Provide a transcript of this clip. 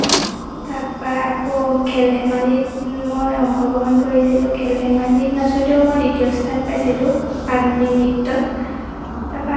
তাৰপৰা আকৌ খেল ধেমালিত মই অংশগ্ৰহণ কৰিছিলোঁ খেল ধেমালিত নাচোঁতেও মই দ্বিতীয় স্থান পাইছিলোঁ আধুনিক নৃত্যত